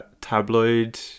tabloid